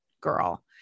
girl